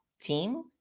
team